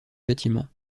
bâtiment